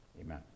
Amen